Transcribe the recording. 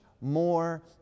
more